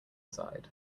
side